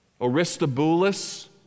Aristobulus